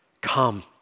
Come